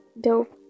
dope